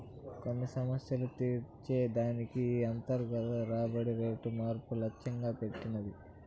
కొన్ని సమస్యలు తీర్చే దానికి ఈ అంతర్గత రాబడి రేటు మార్పు లచ్చెంగా పెట్టినది